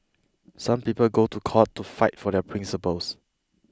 some people go to court to fight for their principles